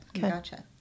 Gotcha